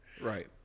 Right